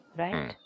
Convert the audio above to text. right